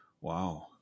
Wow